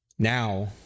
Now